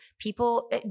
People